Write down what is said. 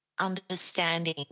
understanding